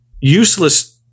useless